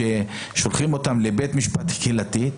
שולחים אותם לבית משפט קהילתי,